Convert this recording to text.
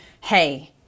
Hey